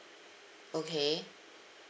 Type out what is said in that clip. okay